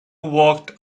walked